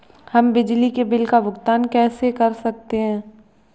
हम बिजली के बिल का भुगतान कैसे कर सकते हैं?